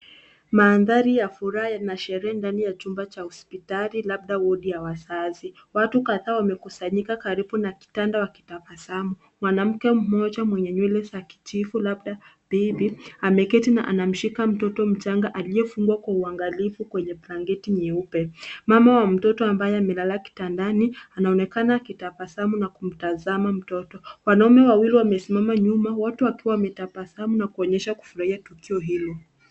Mandhari ya furaha na sherehe ndani ya chumba cha hospitali labda wodi ya wazazi. Watu kadhaa wamekusanyika karibu na kitanda wakitabasamu. Mwanamke mmoja mwenye nywele za kijivu labda bibi, ameketi na anamshika mtoto mchanga aliyefungwa kwa uangalifu kwenye blanketi nyeupe. Mama wa mtoto ambaye amelala kitandani anaonekana akitabasamu na kumtazama mtoto. Wanaume wawili wamesimama nyuma wote wakiwa wametabasamu na kuonyesha kufurahia tukio hilo.